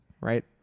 right